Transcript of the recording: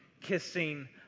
kissing